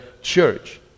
church